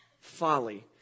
folly